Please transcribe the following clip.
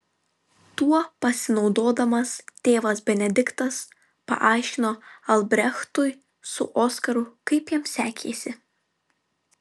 tuo pasinaudodamas tėvas benediktas paaiškino albrechtui su oskaru kaip jam sekėsi